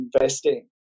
investing